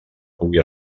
pugui